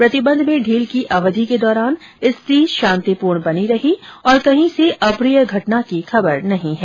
प्रतिबंध में ढील की अवधि के दौरान स्थिति शांतिपूर्ण बनी रही और कही से अप्रिय घटना की खबर नहीं है